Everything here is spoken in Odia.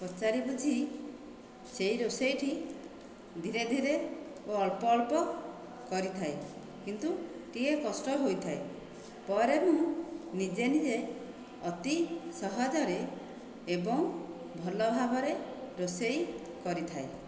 ପଚାରି ବୁଝି ସେଇ ରୋଷେଇଟି ଧୀରେ ଧୀରେ ଓ ଅଳ୍ପ ଅଳ୍ପ କରିଥାଏ କିନ୍ତୁ ଟିକିଏ କଷ୍ଟ ହୋଇଥାଏ ପରେ ମୁଁ ନିଜେ ନିଜେ ଅତି ସହଜରେ ଏବଂ ଭଲଭାବରେ ରୋଷେଇ କରିଥାଏ